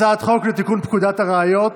הצעת חוק לתיקון פקודת הראיות